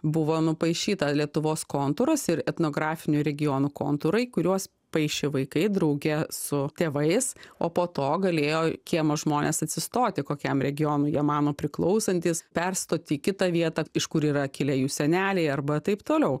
buvo nupaišyta lietuvos kontūras ir etnografinių regionų kontūrai kuriuos paišė vaikai drauge su tėvais o po to galėjo kiemo žmonės atsistoti kokiam regionui jie mano priklausantys perstoti į kitą vietą iš kur yra kilę jų seneliai arba taip toliau